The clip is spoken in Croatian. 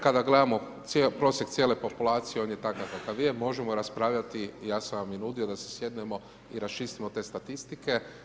Kada gledamo prosjek cijele populacije, on je takav kakav je, možemo raspravljati, ja sam vam i nudio da se sjednemo i raščistimo te statistike.